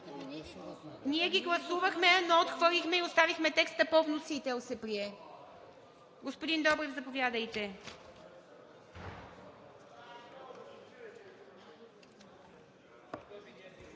Ние ги гласувахме, но отхвърлихме и оставихме текста по вносител – прие се. Господин Добрев, заповядайте.